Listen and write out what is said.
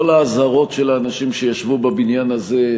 לא לאזהרות של האנשים שישבו בבניין הזה,